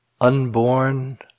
unborn